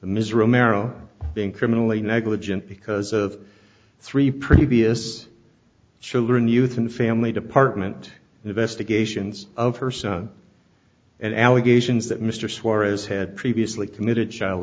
ms romero being criminally negligent because of three previous children youth and family department investigations of her son and allegations that mr suarez had previously committed child